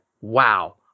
wow